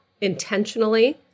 intentionally